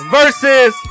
versus